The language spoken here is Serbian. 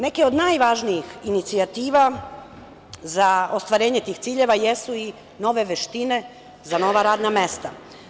Neke od najvažnijih inicijative za ostvarenje tih ciljeva jesu i nove veštine za nova radna mesta.